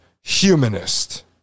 humanist